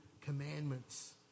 commandments